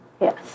Yes